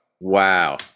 Wow